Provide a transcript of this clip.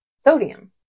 sodium